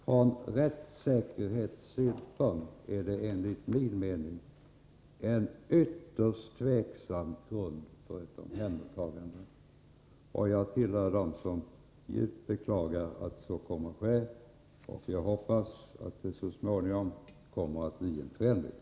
Från rättssäkerhetssynpunkt är det enligt min mening en ytterst tvivelaktig grund för ett omhändertagande. Jag tillhöt dem som djupt beklagar att så kommer att ske, och jag hoppas att det så småningom kommer att bli en förändring.